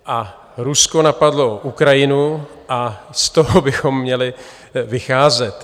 A Rusko napadlo Ukrajinu a z toho bychom měli vycházet.